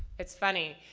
it's funny,